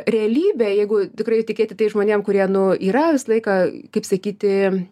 realybė jeigu tikrai tikėti tais žmonėm kurie nu yra visą laiką kaip sakyti